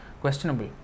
questionable